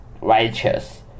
righteous